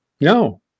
No